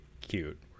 cute